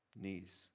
knees